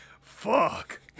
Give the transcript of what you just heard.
fuck